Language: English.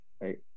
right